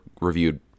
reviewed